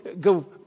go